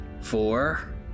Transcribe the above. four